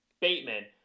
Bateman